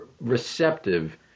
receptive